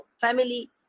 family